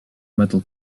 metal